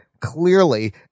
Clearly